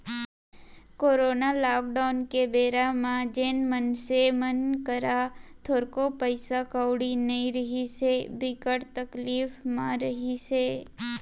corona lockdown के बेरा म जेन मनसे मन करा थोरको पइसा कउड़ी नइ रिहिस हे, बिकट तकलीफ म रिहिस हे